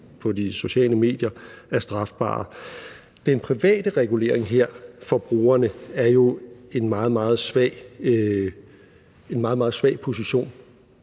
på de sociale medier er strafbare. Den private regulering her for brugerne er jo en meget, meget svag position,